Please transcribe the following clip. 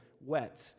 wet